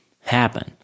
happen